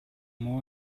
more